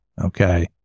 okay